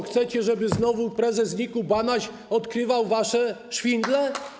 Chcecie, żeby znowu prezes NIK-u Banaś odkrywał wasze szwindle?